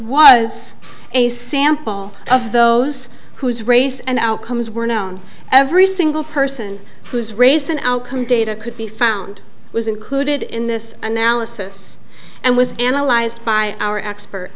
was a sample of those whose race and outcomes were known every single person who's race and data could be found was included in this analysis and was analyzed by our expert